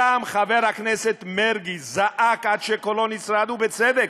גם חבר הכנסת מרגי זעק עד שקולו נצרד, ובצדק.